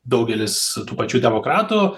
daugelis tų pačių demokratų